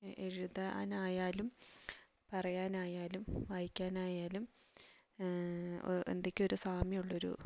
എഴുതാനായാലും പറയാനായാലും വായിക്കാനായാലും എന്തൊക്കെയോ ഒരു സാമ്യം ഉള്ളൊരു